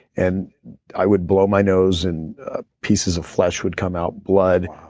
and i would blow my nose and pieces of flesh would come out, blood.